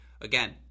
again